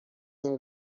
این